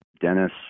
Dennis